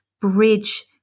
bridge